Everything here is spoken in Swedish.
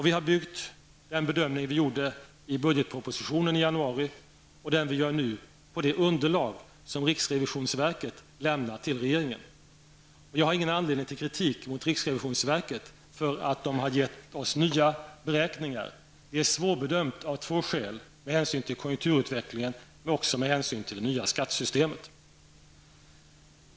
Vi byggde den bedömning som vi gjorde i budgetpropositionen i januari och vi bygger den som vi gör nu på det underlag som riksrevisionsverket lämnar till regeringen. Jag har ingen anledning till kritik mot riksrevisionsverket för att man har givit oss nya beräkningar. Läget är svårbedömt av två skäl -- med hänsyn till konjunkturutvecklingen men också med hänsyn till det nya skattesystemet.